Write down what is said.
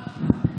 עודד,